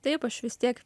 taip aš vis tiek